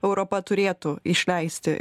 europa turėtų išleisti